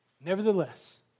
Nevertheless